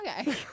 Okay